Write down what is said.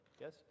Yes